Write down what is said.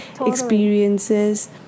experiences